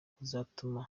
kuzatuma